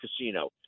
Casino